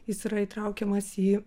jis yra įtraukiamas į